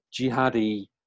jihadi